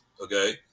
okay